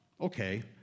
Okay